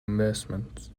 investments